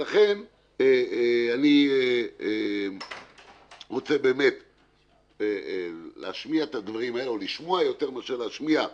ולכן אני רוצה לשמוע יותר מאשר לשמוע,